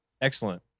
Excellent